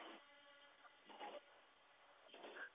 हँ मुबारक हो दरभङ्गा